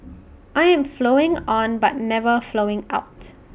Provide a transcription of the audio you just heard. I am flowing on but never flowing out